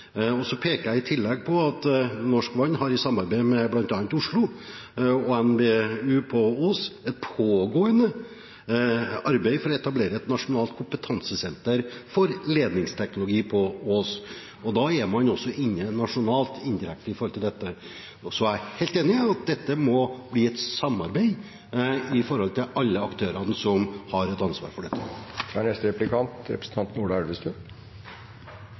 kompetanse. Så peker jeg i tillegg på at Norsk Vann i samarbeid med bl.a. Oslo og NMBU på Ås har et pågående arbeid for å etablere et nasjonalt kompetansesenter for ledningsteknologi på Ås, og da er man også inne nasjonalt med hensyn til dette. Og så er jeg helt enig i at dette må bli et samarbeid mellom alle aktørene som har et ansvar for dette. Litt i samme retning: Det er